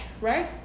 right